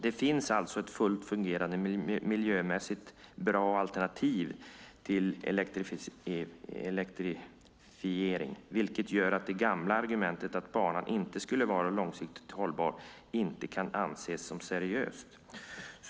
Det finns alltså ett fullt fungerande miljömässigt bra alternativ till elektrifiering, vilket gör att det gamla argumentet att banan inte skulle vara långsiktigt hållbar inte kan anses som seriöst.